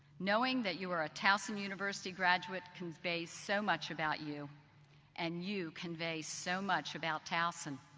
knowing that you are a towson university graduate conveys so much about you and you convey so much about towson.